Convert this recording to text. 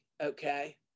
okay